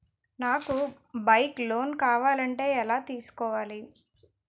నాకు bike loan కావాలంటే ఎలా తీసుకోవాలి?